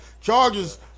Chargers